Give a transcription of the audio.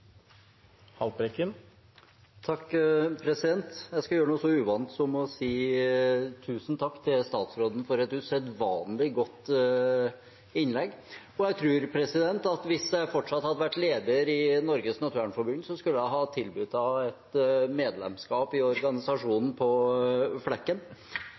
Jeg skal gjøre noe så uvant som å si tusen takk til statsråden for et usedvanlig godt innlegg. Jeg tror at hvis jeg fortsatt hadde vært leder i Naturvernforbundet, skulle jeg ha tilbudt henne et medlemskap i organisasjonen på flekken.